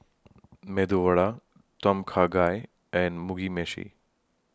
Medu Vada Tom Kha Gai and Mugi Meshi